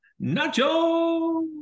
Nacho